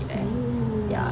oh